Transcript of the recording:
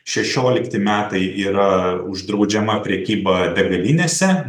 šešiolikti metai yra uždraudžiama prekyba degalinėse